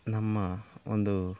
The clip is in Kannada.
ನಮ್ಮ ಒಂದು